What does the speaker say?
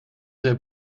sehr